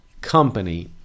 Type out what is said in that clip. company